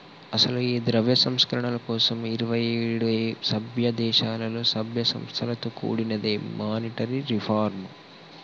అసలు ఈ ద్రవ్య సంస్కరణల కోసం ఇరువైఏడు సభ్య దేశాలలో సభ్య సంస్థలతో కూడినదే మానిటరీ రిఫార్మ్